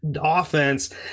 offense